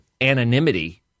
anonymity